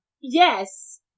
Yes